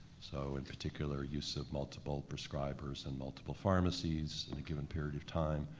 so in particular, use of multiple prescribers and multiple pharmacies in a given period of time,